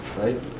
Right